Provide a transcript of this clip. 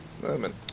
Moment